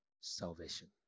salvation